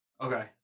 okay